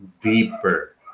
Deeper